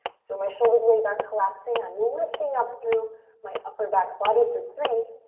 so my shoulder blades aren't collapsing. i'm lifting up through my upper back body for three,